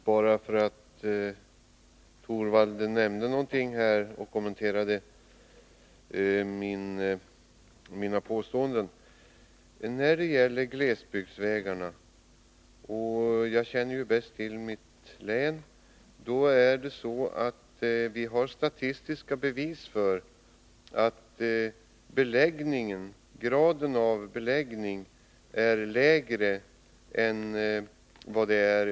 Herr talman! Bara några ord på grund av att Rune Torwald kommenterade mina påståenden när det gäller glesbygdsvägarna. Jag känner naturligtvis bäst till mitt eget hemlän, och vi har statistiska bevis för att graden av permanent vägbeläggning där är lägre än i riket i övrigt.